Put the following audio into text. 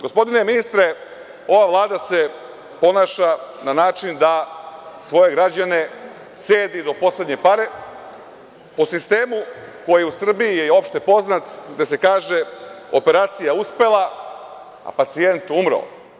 Gospodine ministre, ova Vlada se ponaša na način da svoje građane cedi do poslednje pare po sistem u koji je u Srbiji opšte poznat, gde se kaže – operacija uspela, a pacijent umro.